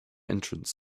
entrance